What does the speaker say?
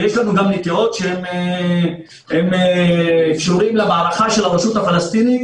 ויש לנו גם נטיעות שקשורות למערכה של הרשות הפלסטינית,